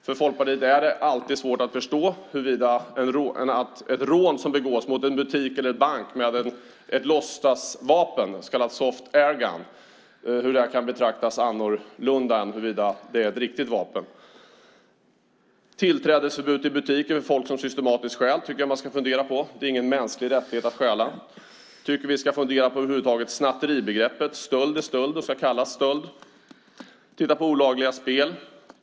För Folkpartiet är det alltid svårt att förstå att ett rån som begås mot en butik eller bank med ett låtsasvapen, så kallad soft air gun, kan betraktas annorlunda än om det är ett riktigt vapen. Tillträdesförbud till butiker för folk som systematiskt stjäl tycker jag att vi ska fundera på. Det är ingen mänsklighet rättighet att stjäla. Jag tycker att vi ska fundera på snatteribegreppet över huvud taget. Stöld är stöld och ska kallas stöld. Jag tycker att vi ska titta på olagliga spel.